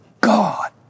God